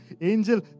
angel